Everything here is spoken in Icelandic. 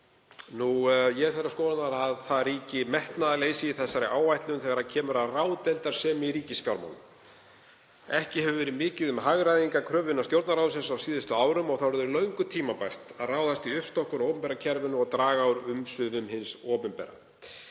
Nú er ég þeirrar skoðunar að það ríki metnaðarleysi í þessari áætlun þegar kemur að ráðdeildarsemi í ríkisfjármálum. Ekki hefur verið mikið um hagræðingarkröfu innan Stjórnarráðsins á síðustu árum og orðið löngu tímabært að ráðast í uppstokkun á opinbera kerfinu og draga úr umsvifum hins opinbera.